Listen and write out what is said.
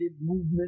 movement